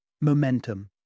Momentum